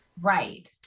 right